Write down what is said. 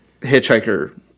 Hitchhiker